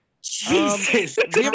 Jesus